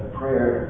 prayer